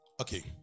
okay